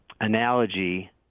analogy